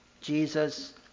Jesus